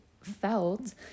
felt